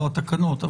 לא התקנות,